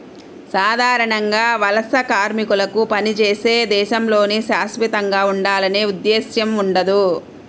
సాధారణంగా వలస కార్మికులకు పనిచేసే దేశంలోనే శాశ్వతంగా ఉండాలనే ఉద్దేశ్యం ఉండదు